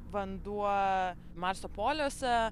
vanduo marso poliuose